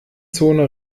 zone